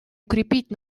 укрепить